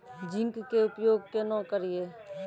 Zinc के उपयोग केना करये?